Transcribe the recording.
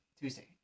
Tuesday